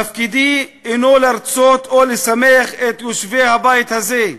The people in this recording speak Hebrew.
תפקידי אינו לרצות או לשמח את יושבי הבית הזה,